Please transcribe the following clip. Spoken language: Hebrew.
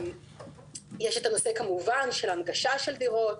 יש את הנושא כמובן של הנגשה של דירות,